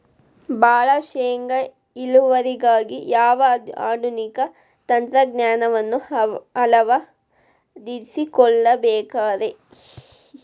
ಭಾಳ ಶೇಂಗಾ ಇಳುವರಿಗಾಗಿ ಯಾವ ಆಧುನಿಕ ತಂತ್ರಜ್ಞಾನವನ್ನ ಅಳವಡಿಸಿಕೊಳ್ಳಬೇಕರೇ?